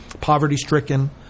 poverty-stricken